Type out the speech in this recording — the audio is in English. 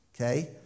Okay